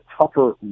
tougher